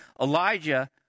Elijah